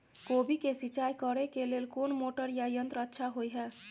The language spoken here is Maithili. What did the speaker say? कोबी के सिंचाई करे के लेल कोन मोटर या यंत्र अच्छा होय है?